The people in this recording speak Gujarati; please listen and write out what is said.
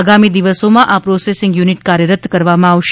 આગામી દિવસોમાં આ પ્રોસેસીંગ યુનિટ કાર્યરત કરવામાં આવશે